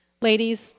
Ladies